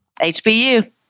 HBU